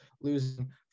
losing